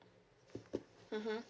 mmhmm